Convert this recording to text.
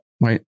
Right